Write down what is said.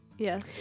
Yes